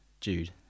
Jude